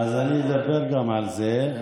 אז אני אדבר גם על זה.